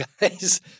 guys